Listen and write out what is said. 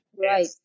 Right